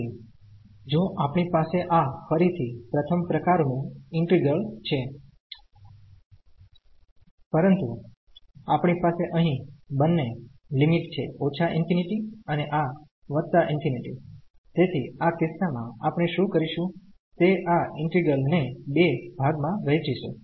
તેથી જો આપણી પાસે આ ફરીથી પ્રથમ પ્રકારનું ઈન્ટિગ્રલ છે પરંતુ આપણી પાસે અહીં બંને લિમિટ છે -∞ અને આ ∞ તેથી આ કિસ્સામાં આપણે શું કરીશું તે આ ઈન્ટિગ્રલ ને બે ભાગમાં વહેંચીશું